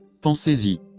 pensez-y